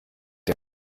der